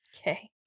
Okay